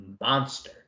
monster